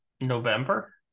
November